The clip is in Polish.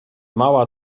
mała